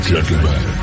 Gentlemen